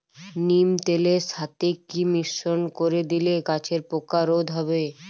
নিম তেলের সাথে কি মিশ্রণ করে দিলে গাছের পোকা রোধ হবে?